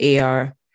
AR